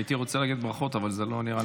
הייתי רוצה להגיד ברכות, אבל זה לא נראה לי מתאים.